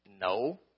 No